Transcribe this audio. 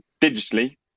digitally